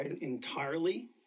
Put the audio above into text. Entirely